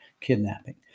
kidnapping